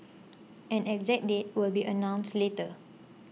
an exact date will be announced later